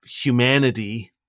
humanity